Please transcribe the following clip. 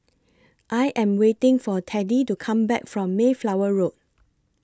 I Am waiting For Teddie to Come Back from Mayflower Road